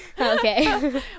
okay